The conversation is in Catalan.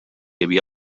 havia